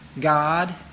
God